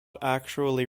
actually